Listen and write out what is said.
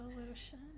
evolution